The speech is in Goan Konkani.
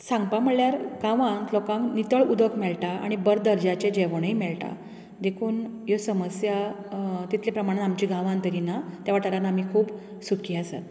सांगपा म्हळ्यार गांवांत लोकांक नितळ उदक मेळटा आनी बऱ्या दर्ज्याचें जेवणूय मेळटा देखून ह्यो समस्या तितलें प्रमाणांत आमची गांवान तरी ना त्या वाठारांत आमी खूब सुखी आसात